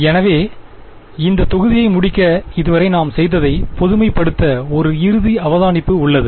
எனவே இந்த தொகுதியை முடிக்க இதுவரை நாம் செய்ததை பொதுமைப்படுத்த ஒரு இறுதி அவதானிப்பு உள்ளது